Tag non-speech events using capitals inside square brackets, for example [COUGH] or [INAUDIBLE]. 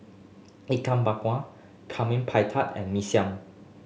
Ikan Bakar [UNINTELLIGIBLE] pie tee and Mee Siam